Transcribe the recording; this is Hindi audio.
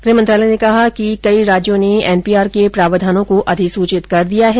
गृह मंत्रालय ने कहा कि कई राज्यों ने एनपीआर के प्रावधानों को अधिसूचित कर दिया है